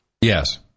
Yes